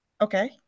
Okay